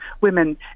women